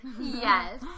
yes